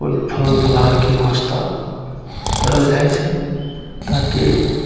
कोइ फल फलहारके नाश्ता करल जाइ छै ताकि